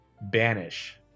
Banish